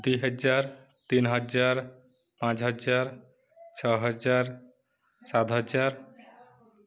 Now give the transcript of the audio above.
ଦୁଇ ହଜାର ତିନି ହଜାର ପାଞ୍ଚ ହଜାର ଛଅ ହଜାର ସାତ ହଜାର